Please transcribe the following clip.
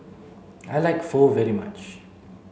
I like Pho very much